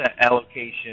allocation